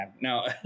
No